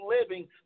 living